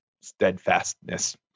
steadfastness